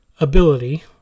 ability